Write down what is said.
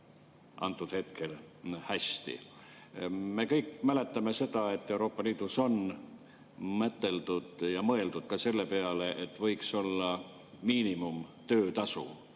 antud hetkel hästi. Me kõik mäletame seda, et Euroopa Liidus on mõeldud ka selle peale, et võiks olla miinimumtöötasu